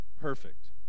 Perfect